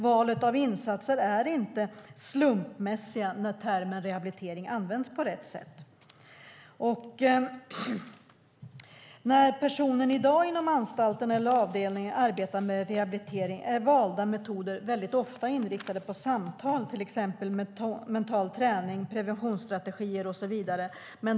Valet av insatser är inte slumpmässigt om termen rehabilitering används på rätt sätt. När man i dag på anstalt eller avdelning arbetar med rehabilitering är valda metoder väldigt ofta inriktade på samtal, till exempel mental träning, preventionsstrategier och så vidare.